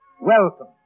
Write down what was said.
Welcome